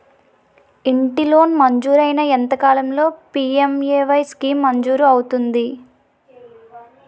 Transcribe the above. ఇంటి లోన్ మంజూరైన ఎంత కాలంలో పి.ఎం.ఎ.వై స్కీమ్ మంజూరు అవుతుంది?